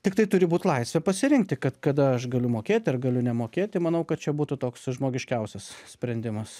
tik tai turi būt laisvė pasirinkti kad kada aš galiu mokėti ar galiu nemokėti manau kad čia būtų toks žmogiškiausias sprendimas